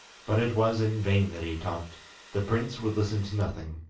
but it was in vain that he talked the prince would listen to nothing,